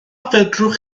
fedrwch